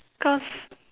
cause